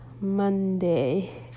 Monday